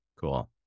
Cool